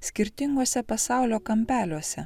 skirtinguose pasaulio kampeliuose